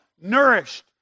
nourished